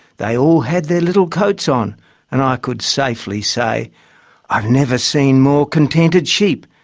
they all had their little coats on and i could safely sayi've ah never seen more contented sheep,